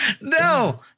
No